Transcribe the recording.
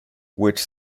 which